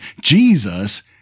Jesus